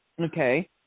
Okay